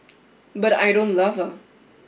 but I don't love her